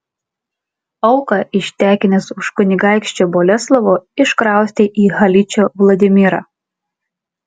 auką ištekinęs už kunigaikščio boleslovo iškraustė į haličo vladimirą